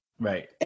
Right